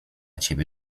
ciebie